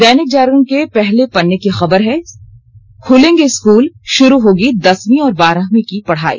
दैनिक जागरण के पहले पन्ने की खबर है खुलेंगे स्कूल शुरू होगी दसवीं और बारहवीं की पढ़ाई